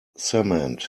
cement